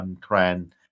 Cran